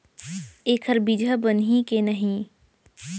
एखर बीजहा बनही के नहीं?